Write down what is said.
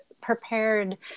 prepared